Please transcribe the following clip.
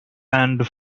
and